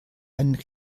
einen